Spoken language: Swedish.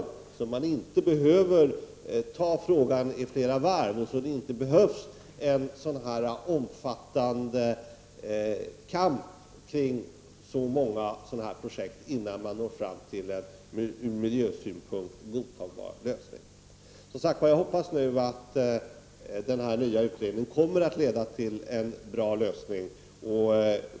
Då behöver man inte ta upp en fråga i flera omgångar. Dessutom skulle det inte behövas en så här omfattande kamp när det gäller många projekt innan man når fram till en ur miljösynpunkt godtagbar lösning. Jag hoppas, som sagt, att den nya utredningen kommer att leda till att vi får en bra lösning.